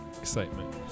excitement